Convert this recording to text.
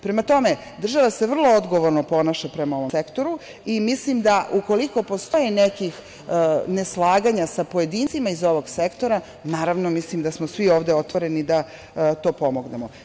Prema tome, država se vrlo odgovorno ponaša prema ovom sektoru i mislim da ukoliko postoji nekih neslaganja sa pojedincima iz ovog sektora, naravno, mislim da smo svi ovde otvoreni da to pomognemo.